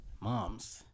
moms